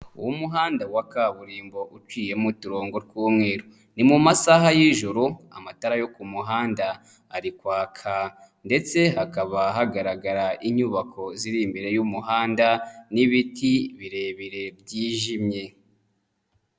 Umuhanda wa kaburimbo uciyemo uturongo tw'umweru. Ni mu masaha y'ijoro, amatara yo ku muhanda ari kwaka ndetse hakaba hagaragara inyubako ziri imbere y'umuhanda n'ibiti birebire byijimye.